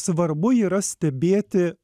svarbu yra stebėti